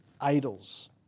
idols